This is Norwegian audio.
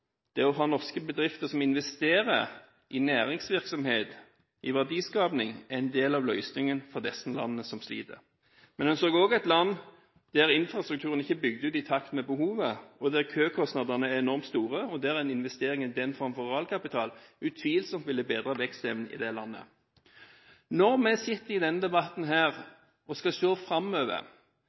Det å ha norske bedrifter som investerer i næringsvirksomhet, i verdiskaping, er en del av løsningen for de landene som sliter. Men man så også et land der infrastrukturen ikke er bygd ut i takt med behovet, der køkostnadene er enormt store, og der en investering i infrastruktur framfor realkapital utvilsomt ville bedret vekstevnen i landet. Når vi i denne debatten skal se framover,